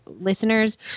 listeners